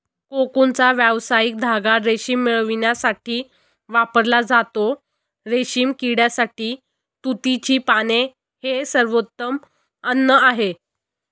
कोकूनचा व्यावसायिक धागा रेशीम मिळविण्यासाठी वापरला जातो, रेशीम किड्यासाठी तुतीची पाने हे सर्वोत्तम अन्न आहे